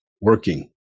working